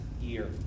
year